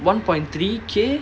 one point three K